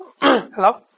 Hello